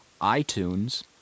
iTunes